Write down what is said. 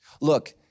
Look